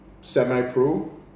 semi-pro